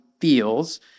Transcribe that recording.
feels